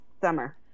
Summer